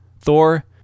Thor